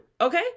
okay